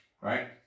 Right